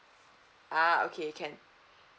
ah okay can